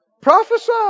Prophesy